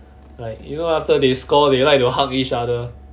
like you know after they score they like to hug each other